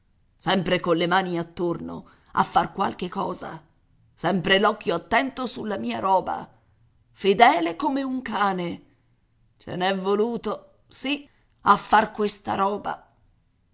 padrone sempre colle mani attorno a far qualche cosa sempre l'occhio attento sulla mia roba fedele come un cane ce n'è voluto sì a far questa roba